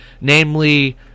namely